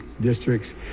districts